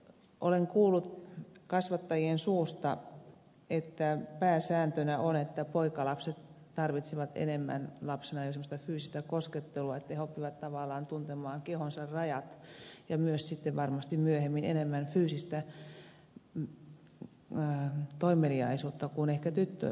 olen kuullut kasvattajien suusta että pääsääntönä on että poikalapset tarvitsevat enemmän lapsina fyysistä koskettelua että he oppivat tavallaan tuntemaan kehonsa rajat ja myös sitten varmasti myöhemmin enemmän fyysistä toimeliaisuutta kuin ehkä tyttölapset